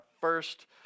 first